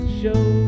show